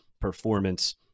performance